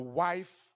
wife